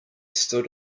stood